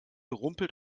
rumpelt